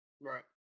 right